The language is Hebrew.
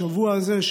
בשבוע הזה,